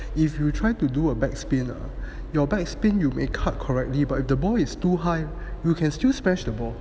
if you try to do a back spin eh your back spin you may cut correctly but the ball is too high you can still smashed the ball